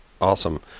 Awesome